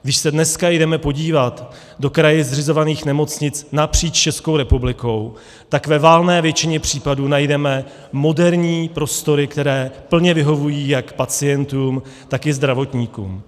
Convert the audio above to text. Když se dneska jdeme podívat do kraji zřizovaných nemocnic napříč Českou republikou, tak ve valné většině případů najdeme moderní prostory, které plně vyhovují jak pacientům, tak i zdravotníkům.